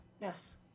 Yes